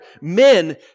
men